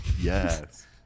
yes